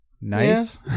Nice